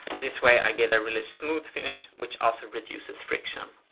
this way i get a really smooth finish which also reduces friction.